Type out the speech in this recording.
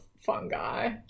fungi